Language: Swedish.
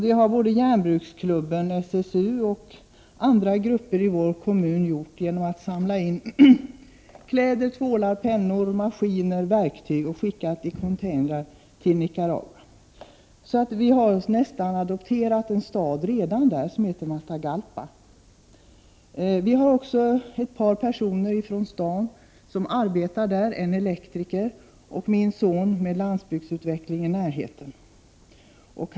Detta har järnbruksklubben, SSU och andra grupper i min hemkommun gjort genom att samla in kläder, tvålar, pennor, maskiner och verktyg som skickas i containrar till Nicaragua. Vi har redan så gott som adopterat en stad som heter Matagalpa. Ett par personer arbetar där, det är en elektriker, och min son arbetar med landsbygdsutveckling i omgivningen.